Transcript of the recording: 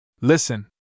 Listen